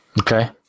Okay